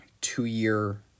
Two-year